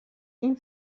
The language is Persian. این